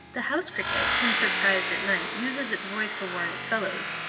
the house-cricket when surprised at night uses its voice to warn its fellows.